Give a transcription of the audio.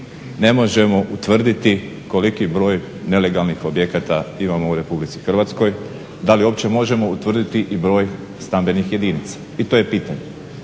ne možemo utvrditi koliki broj nelegalnih objekata imamo u RH, da li uopće možemo utvrditi i broj stambenih jedinica. I to je pitanje.